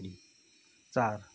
चार